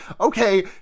okay